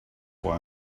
why